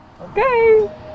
Okay